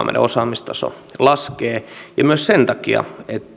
meidän osaamistasomme laskee ja myös sen takia että